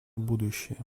будущее